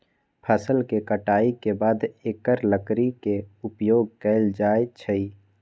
फ़सल के कटाई के बाद एकर लकड़ी के उपयोग कैल जाइ छइ